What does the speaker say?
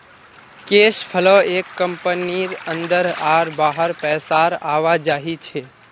cash flow एक कंपनीर अंदर आर बाहर पैसार आवाजाही छे